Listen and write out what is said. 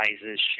sizes